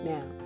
Now